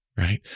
right